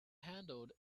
handled